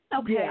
okay